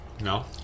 No